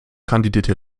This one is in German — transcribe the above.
kandidierte